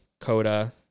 Coda